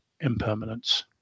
impermanence